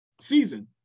season